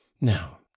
now